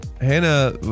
Hannah